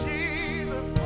Jesus